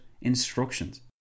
instructions